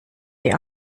die